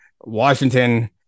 Washington